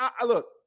Look